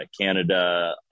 Canada